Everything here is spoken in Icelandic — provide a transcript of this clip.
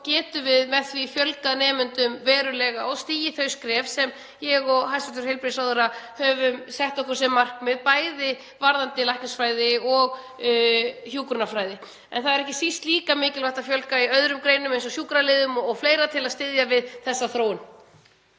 getum við fjölgað nemendum verulega og stigið þau skref sem ég og hæstv. heilbrigðisráðherra höfum sett okkur sem markmið, bæði varðandi læknisfræði og hjúkrunarfræði. En það er ekki síst mikilvægt að fjölga líka í öðrum greinum, eins og sjúkraliðum o.fl., til að styðja við þessa þróun.